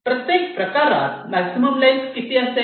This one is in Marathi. प्रत्येक प्रकारात मॅक्झिमम पाथ लेन्थ किती असेल